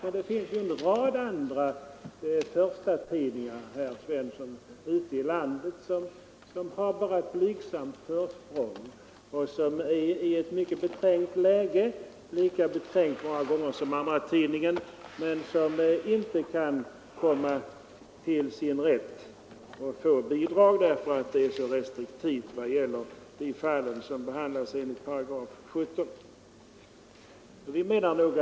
Men det finns ju en rad andra förstatidningar ute i landet som bara har ett blygsamt försprång, som befinner sig i ett mycket beträngt läge — många gånger lika beträngt som andratidningens — men som inte kan få bidrag eftersom restriktiviteten när det gäller de fall som behandlas enligt 17 8 är mycket stor.